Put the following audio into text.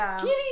kitty